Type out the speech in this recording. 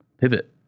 Pivot